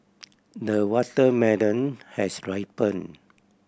the watermelon has ripened